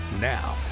Now